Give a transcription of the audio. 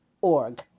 org